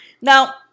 Now